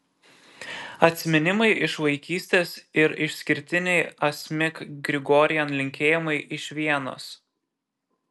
atsiminimai iš vaikystės ir išskirtiniai asmik grigorian linkėjimai iš vienos